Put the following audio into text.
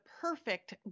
perfect